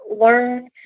learn